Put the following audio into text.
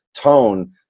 tone